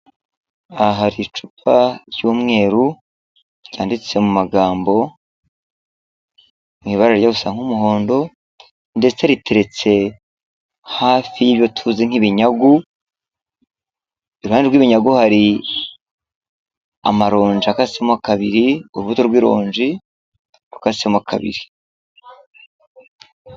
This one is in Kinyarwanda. Aha hari icupa ry'umweru ryanditse mu magambo mu ibara ryijya gusa nk'umuhondo ndetse riteretse hafi y'ibyo tuzi nk'ibinyagu, iruhande rw'ibinyagu hari amaronji akasemo kabiri urubuto rw'irogi rukasemo kabiri.